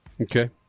Okay